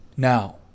Now